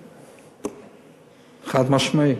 חד-משמעי.